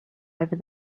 over